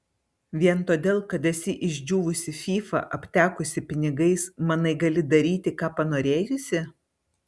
vien todėl kad esi išdžiūvusi fyfa aptekusi pinigais manai gali daryti ką panorėjusi